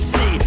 See